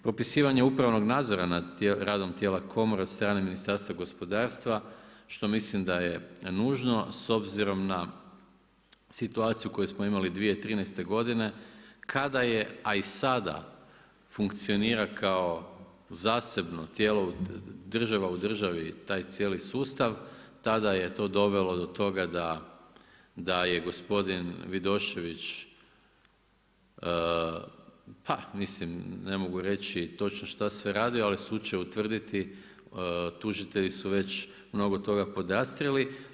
Propisivanje upravnog nadzornog nad radom tijela komore od strane Ministarstva gospodarstva što mislim da je nužno s obzirom na situaciju koju smo imali 2013. godine kada je, a i sada, funkcionira kao zasebno tijelo, država u državi, taj cijeli sustav tada je to dovelo do toga da je gospodin Vidošević, pa mislim ne mogu reći točno šta je sve radio, ali sud će utvrditi, tužitelji su već mnogo toga podastrijeli.